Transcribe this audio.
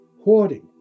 hoarding